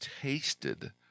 tasted